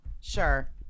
Sure